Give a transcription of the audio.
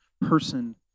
person